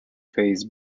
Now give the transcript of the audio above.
phase